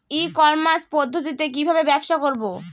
ই commerce পদ্ধতিতে কি ভাবে ব্যবসা করব?